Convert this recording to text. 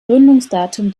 gründungsdatum